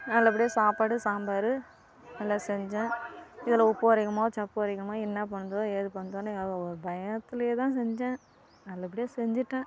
நல்லபடியாக சாப்பாடு சாம்பார் இதெல்லாம் செஞ்சேன் இதில் உப்பு உரைக்குமோ சப்பு உரைக்குமா என்ன பண்ணுதோ ஏது பண்ணுதோன்னு பயத்திலேயே தான் செஞ்சேன் நல்லபடியாக செஞ்சுட்டேன்